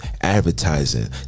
advertising